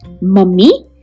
Mummy